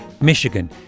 Michigan